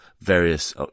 various